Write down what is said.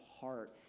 heart